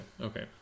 Okay